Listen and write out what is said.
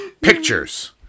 Pictures